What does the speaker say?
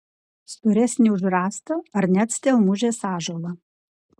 storesnį už rąstą ar net stelmužės ąžuolą